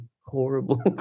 horrible